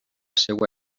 seva